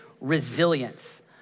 resilience